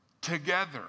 together